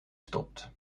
stopt